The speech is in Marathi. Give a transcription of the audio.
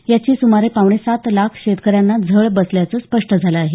याची सुमारे पावणेसात लाख शेतक यांना झळ बसल्याचं स्पष्ट झालं आहे